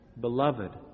Beloved